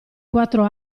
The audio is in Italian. quattro